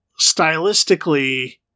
stylistically